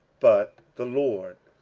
but the lord,